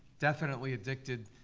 definitely addicted,